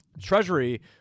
treasury